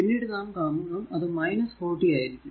പിന്നീട് നാം കാണും അത് 40 ആയിരിക്കും